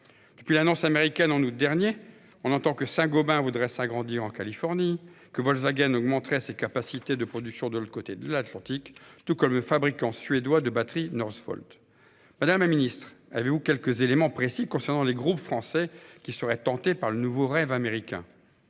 Depuis l'annonce américaine au mois d'août dernier, on entend que Saint-Gobain voudrait s'agrandir en Californie, que Volkswagen augmenterait ses capacités de production de l'autre côté de l'Atlantique, tout comme le fabricant suédois de batteries Northvolt. Madame la secrétaire d'État, avez-vous quelques éléments précis concernant les groupes français qui seraient tentés par le nouveau rêve américain ?